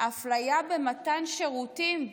אפליה במתן שירותים,